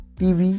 tv